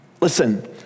Listen